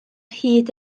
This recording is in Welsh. hyd